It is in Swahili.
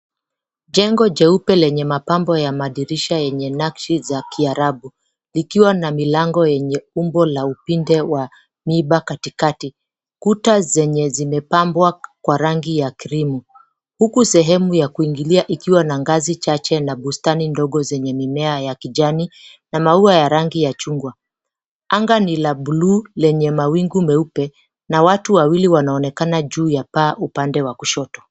Jengo jeupe lenye mapambo ya madirisha yenye nakshi za kiarabu. Iikiwa na milango yenye umbo la upinde wa miba katikati . Kuta zenye zimepambwa kwa rangi ya krimu. Huku sehemu ya kuingilia ikiwa na ngazi chache na bustani ndogo zenye mimea ya kijani na maua ya rangi ya chungwa. Anga ni la buluu lenye mawingu meupe na watu wawili wanaonekana juu ya paa upande wa kushoto.